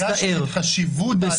רק בגלל חשיבות ההצבעה,